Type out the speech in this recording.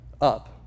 up